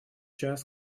час